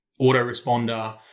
autoresponder